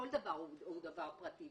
כל דבר הוא מידע פרטי.